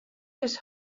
his